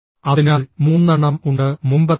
അതിനാൽ മൂന്നെണ്ണം ഉണ്ട് മുമ്പത്തേത്